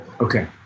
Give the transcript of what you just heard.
Okay